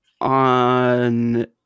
on